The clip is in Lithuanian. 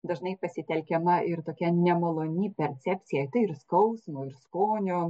dažnai pasitelkiama ir tokia nemaloni percepcija ir skausmo ir skonio